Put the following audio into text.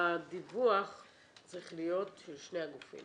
הדיווח צריך להיות של שני הגופים